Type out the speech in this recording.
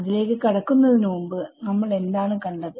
അതിലേക്ക് കടക്കുന്നതിന് മുമ്പ് നമ്മൾ എന്താണ് കണ്ടത്